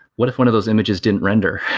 what if one of those images didn't render?